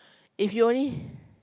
if you only